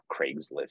Craigslist